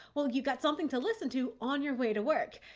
well, you've got something to listen to on your way to work.